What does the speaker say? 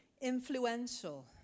influential